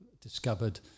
discovered